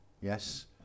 Yes